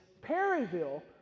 Perryville